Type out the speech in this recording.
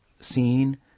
seen